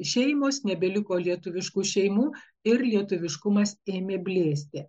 šeimos nebeliko lietuviškų šeimų ir lietuviškumas ėmė blėsti